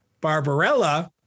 Barbarella